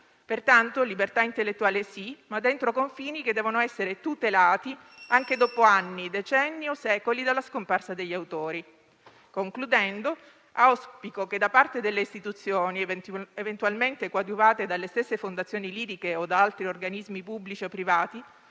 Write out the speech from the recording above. Pertanto, libertà intellettuale sì, ma dentro confini che devono essere tutelati anche dopo anni, decenni o secoli dalla scomparsa degli autori. Concludendo, auspico che da parte delle istituzioni, eventualmente coadiuvate dalle stesse fondazioni liriche o da altri organismi pubblici o privati,